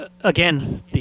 Again